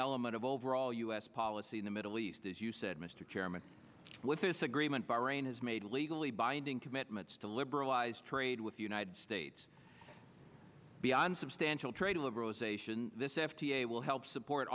element of overall u s policy in the middle east as you said mr chairman with this agreement bahrain has made a legally binding commitments to liberalize trade with the united states beyond substantial trade liberalisation this f d a will help support